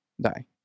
die